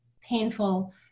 painful